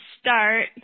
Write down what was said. start